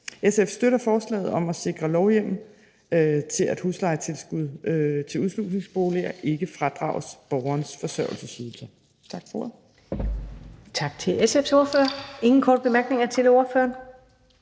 SF støtter forslaget om at sikre lovhjemmel til, at huslejetilskud til udslusningsboliger ikke fradrages borgerens forsørgelsesydelser.